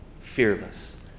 fearless